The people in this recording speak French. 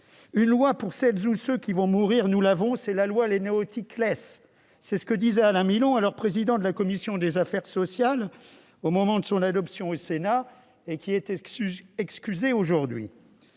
Une loi pour celles ou ceux qui vont mourir, nous l'avons, c'est la loi Leonetti-Claeys »: c'est ce que disait Alain Milon, alors président de notre commission des affaires sociales, au moment de son adoption au Sénat, qui est excusé aujourd'hui.